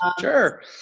Sure